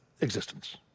existence